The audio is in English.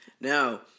Now